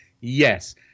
Yes